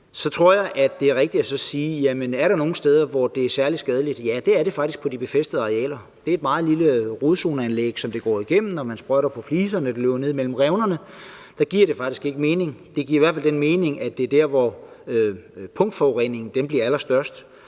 at spørge: Er der nogen steder, hvor det er særlig skadeligt? Ja, det er det faktisk på de befæstede arealer. Det er et meget lille rodzoneanlæg, som det går igennem, når man sprøjter på fliserne og det løber ned imellem revnerne. Der giver det faktisk ikke mening – det giver i hvert fald den mening, at det er der, hvor punktforureningen bliver allerstørst.